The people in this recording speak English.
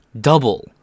double